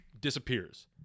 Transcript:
disappears